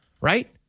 right